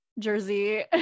jersey